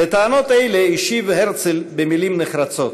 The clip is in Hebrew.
על טענות אלו השיב הרצל במילים נחרצות: